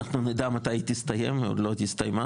אנחנו נדע מתי היא תסתיים, היא עוד הסתיימה.